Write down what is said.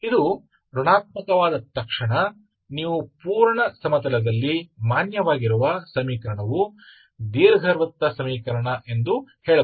ಇದು ಋಣಾತ್ಮಕವಾದ ತಕ್ಷಣ ನೀವು ಪೂರ್ಣ ಸಮತಲದಲ್ಲಿ ಮಾನ್ಯವಾಗಿರುವ ಸಮೀಕರಣವು ದೀರ್ಘವೃತ್ತ ಸಮೀಕರಣ ಎಂದು ಹೇಳಬಹುದು